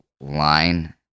line